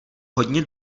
hodně